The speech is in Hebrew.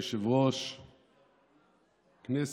אדוני היושב-ראש, כנסת,